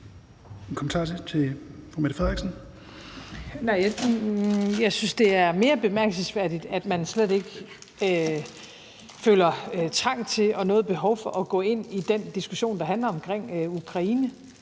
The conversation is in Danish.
Kl. 16:01 Mette Frederiksen (S): Jeg synes, det er mere bemærkelsesværdigt, at man slet ikke føler trang til og har noget behov for at gå ind i den diskussion, der handler om Ukraine.